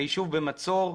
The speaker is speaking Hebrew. הישוב במצור,